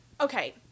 okay